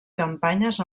campanyes